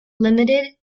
limited